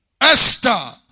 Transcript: Esther